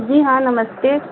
जी हाँ नमस्ते